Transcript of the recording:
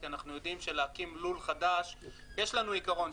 כי אנחנו יודעים שלהקים לול חדש --- יש לנו עיקרון,